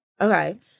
Okay